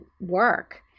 work